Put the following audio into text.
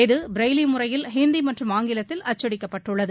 இது பிரெய்லி முறையில் ஹிந்தி மற்றும் ஆங்கிலத்தில் அச்சடிக்கப்பட்டுள்ளது